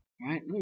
right